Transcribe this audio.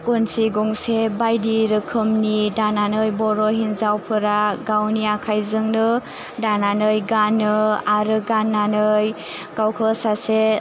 गनसि गंसे बायदि रोखोमनि दानानै बर' हिन्जावफोरा गावनि आखाइजोंनो दानानै गानो आरो गाननानै गावखौ सासे